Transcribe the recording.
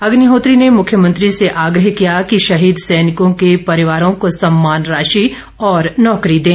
अग्निहोत्री ने मुख्यमंत्री से आग्रह किया कि शहीद सैनिकों के परिवारों को सम्मान राशि और नौकरी दें